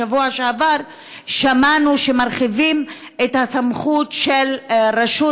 בשבוע שעבר שמענו שמרחיבים את הסמכות של הרשות